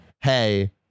Hey